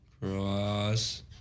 Cross